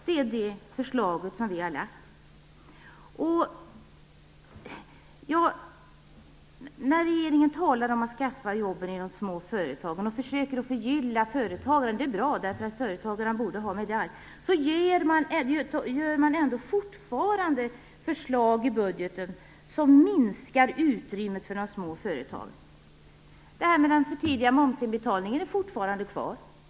Det är det förslaget som vi har lagt fram. Regeringen talar om att skaffa fram jobben i de små företagen och försöker att förgylla företagen. Det är bra, eftersom företagarna borde ha medalj. Ändå finns fortfarande förslag i budgeten som minskar utrymmet för de små företagen. Den förtida momsinbetalningen är fortfarande kvar.